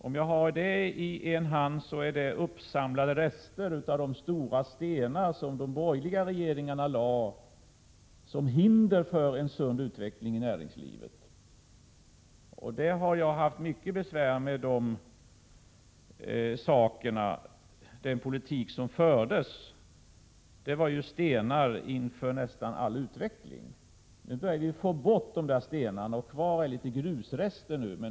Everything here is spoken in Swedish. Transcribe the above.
Om jag har grus i en hand, är det uppsamlade rester av de stora stenar som de borgerliga regeringarna lade som hinder för en sund utveckling i näringslivet. Jag har haft mycket besvär på grund av att den politik som fördes lade stenar i vägen för nästan all utveckling. Nu börjar vi få bort de stenarna, och kvar är bara litet grusrester.